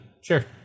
Sure